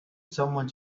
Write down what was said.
someone